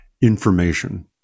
information